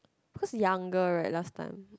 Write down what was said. because younger right last time